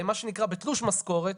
מה שנקרא בתלוש משכורת,